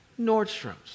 Nordstrom's